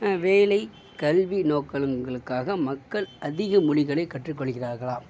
வேலை கல்வி நோக்கங்களுக்காக மக்கள் அதிக மொழிகளை கற்று கொள்கிறார்களா